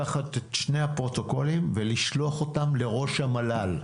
לקחת את שני הפרוטוקולים ולשלוח אותם לראש המל"ל,